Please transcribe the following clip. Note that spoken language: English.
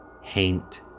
haint